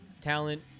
talent